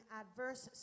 adverse